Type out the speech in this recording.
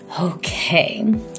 Okay